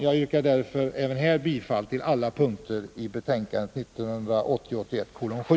Jag yrkar bifall till alla punkter i hemställan i betänkandet 1980/81:7.